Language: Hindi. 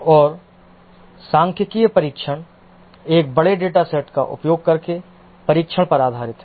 और सांख्यिकीय परीक्षण एक बड़े डेटा सेट का उपयोग करके परीक्षण पर आधारित है